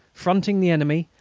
fronting the enemy,